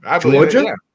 Georgia